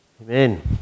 Amen